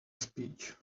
speech